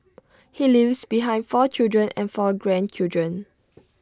he leaves behind four children and four grandchildren